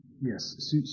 Yes